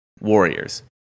Warriors